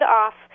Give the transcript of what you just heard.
off